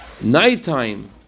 Nighttime